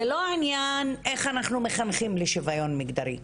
זה לא ענין איך אנחנו מחנכים לשיוויון מגדרי,